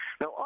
Now